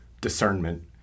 discernment